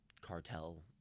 cartel—